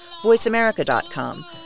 VoiceAmerica.com